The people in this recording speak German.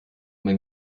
man